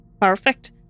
Perfect